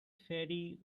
ferry